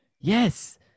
Yes